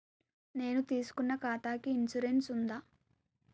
నేను తీసుకున్న ఖాతాకి ఇన్సూరెన్స్ ఉందా?